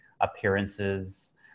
appearances